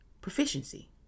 proficiency